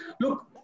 look